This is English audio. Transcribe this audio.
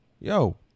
yo